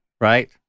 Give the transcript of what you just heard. Right